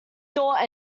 thought